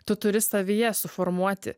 tu turi savyje suformuoti